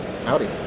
Howdy